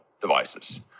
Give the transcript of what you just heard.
devices